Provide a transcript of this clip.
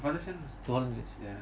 my father send ah